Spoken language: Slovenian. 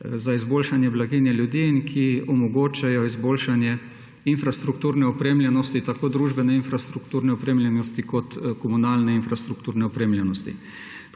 za izboljšanje blaginje ljudi in ki omogočajo izboljšanje infrastrukturne opremljenosti tako družbene infrastrukturne opremljenosti kot komunalne infrastrukturne opremljenosti.